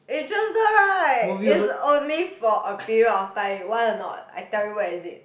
interested right it's only for a period of time want or not I tell you where is it